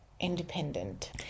independent